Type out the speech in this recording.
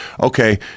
okay